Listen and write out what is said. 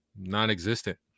non-existent